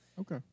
Okay